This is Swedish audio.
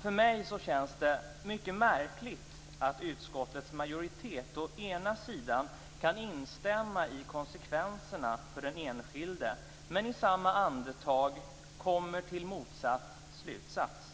För mig känns det mycket märkligt att utskottets majoritet å ena sidan kan instämma i fråga om konsekvenserna för den enskilde men i samma andetag komma till motsatt slutsats.